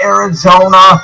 Arizona